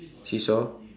seesaw